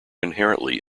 inherently